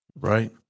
right